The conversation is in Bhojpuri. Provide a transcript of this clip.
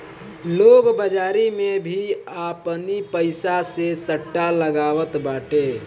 लोग बाजारी में भी आपनी पईसा से सट्टा लगावत बाटे